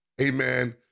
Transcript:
amen